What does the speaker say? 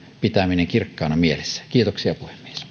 pitäminen kirkkaana mielessä kiitoksia